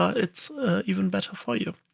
it's even better for you.